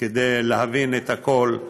כדי להבין את הכול,